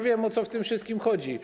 Wiem, o co w tym wszystkim chodzi.